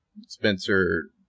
Spencer